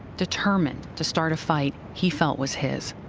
determined to start a fight he felt was his.